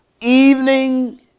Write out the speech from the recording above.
evening